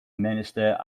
minister